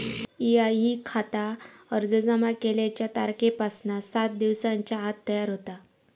EIE खाता अर्ज जमा केल्याच्या तारखेपासना सात दिवसांच्या आत तयार होता